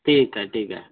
ठीक आहे ठीक आहे